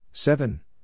Seven